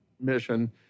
mission